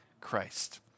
Christ